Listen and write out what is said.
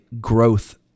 growth